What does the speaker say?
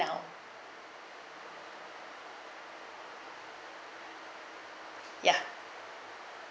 ya